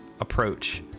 approach